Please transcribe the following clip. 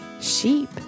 sheep